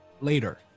later